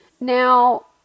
now